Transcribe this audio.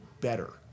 better